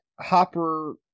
Hopper